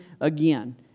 again